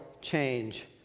change